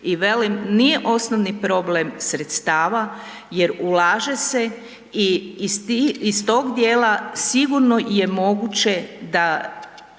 i velim nije osnovni problem sredstava jer ulaže se i iz tog dijela sigurno je moguće da